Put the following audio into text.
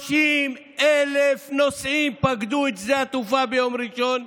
30,000 נוסעים פקדו את שדה התעופה ביום ראשון.